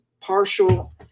partial